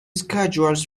schedules